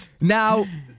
Now